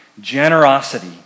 generosity